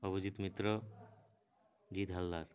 Abhijit Mitra Jit Haldar